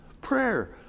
prayer